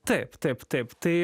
taip taip taip tai